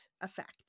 effect